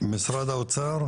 משרד האוצר,